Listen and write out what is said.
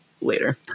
later